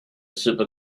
super